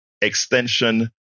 extension